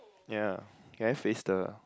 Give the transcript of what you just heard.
ya can I face the